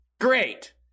Great